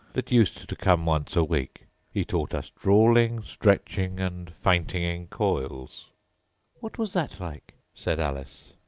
that used to come once a week he taught us drawling, stretching, and fainting in coils what was that like said alice.